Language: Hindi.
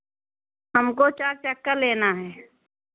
हमको चार चक्का लेना है